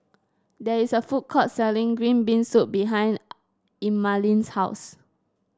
there is a food court selling Green Bean Soup behind Emaline's house